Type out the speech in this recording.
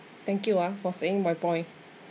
thank you ah for saying my point